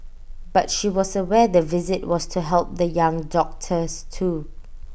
but she was aware the visit was to help the young doctors too